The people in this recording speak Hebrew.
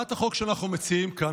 הצעת החוק שאנחנו מציעים כאן,